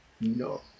No